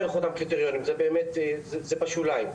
בערך אותם קריטריונים, זה בשוליים.